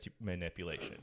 manipulation